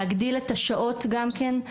להגדיל את השעות גם כן,